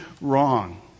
wrong